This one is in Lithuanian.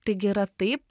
taigi yra taip